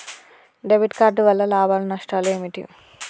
Debit card వల్ల లాభాలు నష్టాలు ఏమిటి?